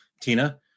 Tina